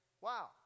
wow